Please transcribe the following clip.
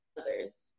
others